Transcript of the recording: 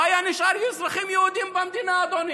לא היו נשארים אצלכם אזרחים יהודים במדינה, אדוני.